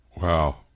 Wow